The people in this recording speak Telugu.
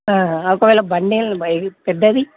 ఒకవేళ బండీలు ఏదీ పెద్దది